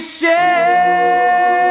share